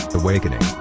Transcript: awakening